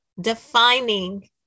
Defining